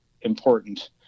important